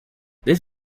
this